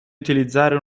utilizzare